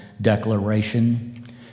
declaration